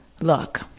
look